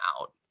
out